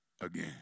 again